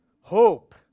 Hope